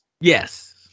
Yes